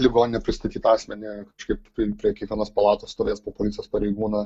ligoninę pristatyt asmenį kažkaip prie prie kiekvienos palatos stovės po policijos pareigūną